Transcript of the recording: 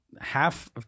half